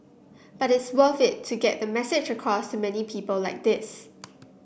but it's worth to get the message across to many people like this